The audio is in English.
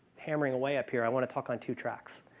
hammering away up here. i want to talk on two tracks.